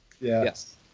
Yes